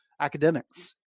academics